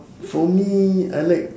for me I like